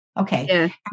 okay